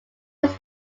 was